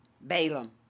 Balaam